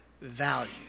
value